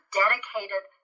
dedicated